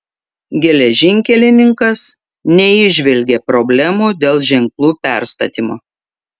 geležinkelininkas neįžvelgė problemų dėl ženklų perstatymo